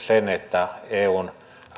sen että eun